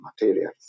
materials